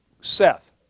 Seth